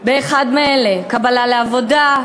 בכל אחד מאלה: 1. קבלה לעבודה,